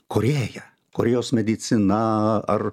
korėja korėjos medicina ar